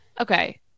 Okay